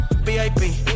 VIP